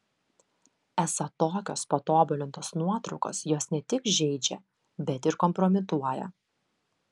esą tokios patobulintos nuotraukos juos ne tik žeidžia bet ir kompromituoja